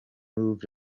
moved